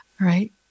right